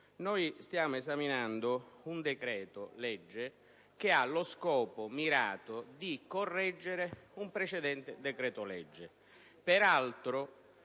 Stiamo esaminando un decreto‑legge che ha lo scopo mirato di correggerne uno precedente. Peraltro,